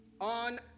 on